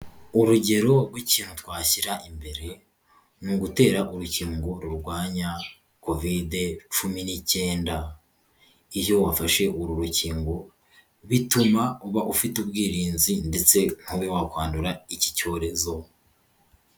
Urugero rw'ikintu twashyira imbere, ni ugutera urukingo rurwanya Kovide cumi n'icyenda, iyo wafashe uru rukingo, bituma uba ufite ubwirinzi ndetse ntube wakwandura iki cyorezo.